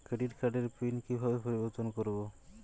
Credit কার্ডের PIN কিভাবে পরিবর্তন করবো?